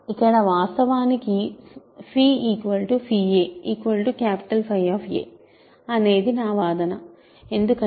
ఇక్కడ వాస్తవానికి a 𝚽 అనేది నా వాదన ఎందుకంటే